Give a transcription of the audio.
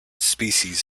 species